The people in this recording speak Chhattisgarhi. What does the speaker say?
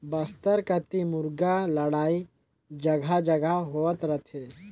बस्तर कति मुरगा लड़ई जघा जघा होत रथे